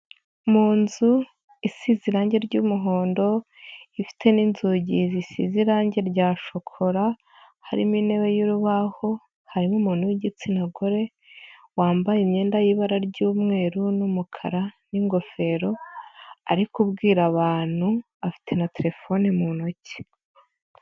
Mu nzu isize irangi ry'umuhondo ifite n'inzugi zisize irangi rya shokora, harimo intebe y'urubaho, harimo umuntu w'igitsina gore wambaye imyenda y'ibara ry'umweru n'umukara n'ingofero, ari kubwira abantu afite na telefoni mu ntoki.